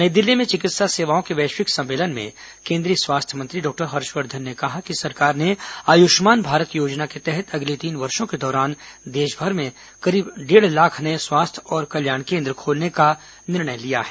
नई दिल्ली में चिकित्सा सेवाओं के वैश्विक सम्मेलन में केंद्रीय स्वास्थ्य मंत्री डॉक्टर हर्षवर्धन ने कहा कि सरकार ने आयुष्मान भारत योजना के तहत अगले तीन वर्षों के दौरान देशभर में करीब डेढ़ लाख नए स्वास्थ्य और कल्याण केन्द्र खोलने का निर्णय लिया है